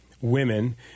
women